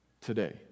today